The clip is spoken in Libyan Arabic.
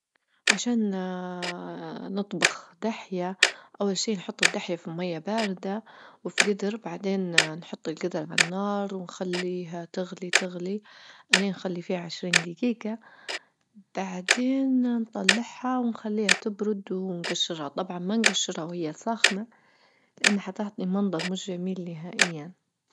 عشان نطبخ دحية، أول شي نحط الدحية في ماية باردة وفي جدر بعدين نحط الجدر على النار ونخليها تغلي-تغلي ألين نخلي فيها عشرين دجيجة بعدين نطلعها ونخليها تبرد ونجشرها طبعا ما نجشرها وهي ساخنة لأنها حتعطي منظر مش جميل نهائيا.